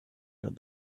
that